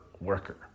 worker